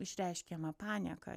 išreiškiamą panieką